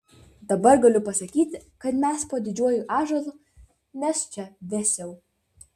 dabar galiu pasakyti kad mes po didžiuoju ąžuolu nes čia vėsiau